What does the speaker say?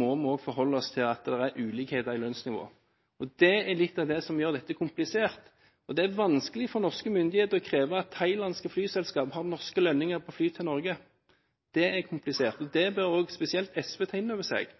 må vi også forholde oss til at det er ulikheter i lønnsnivå. Det er litt av det som gjør dette komplisert. Det er vanskelig for norske myndigheter å kreve at thailandske flyselskaper har norske lønninger på fly til Norge. Det er komplisert, og det bør spesielt SV ta inn over seg,